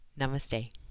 Namaste